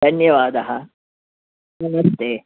धन्यवादः नमस्ते